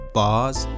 bars